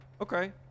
Okay